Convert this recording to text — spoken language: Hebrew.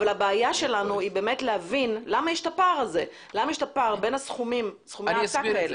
אבל הבעיה שלנו היא להבין למה יש הפער הזה בין סכומי העתק האלה.